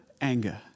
anger